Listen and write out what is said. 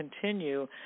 continue